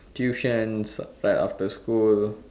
tuitions right after school